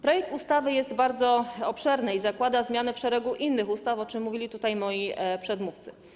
Projekt ustawy jest bardzo obszerny i zakłada zmiany w szeregu innych ustaw, o czym mówili tutaj moi przedmówcy.